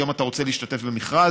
היום, אם אתה רוצה להשתתף במכרז,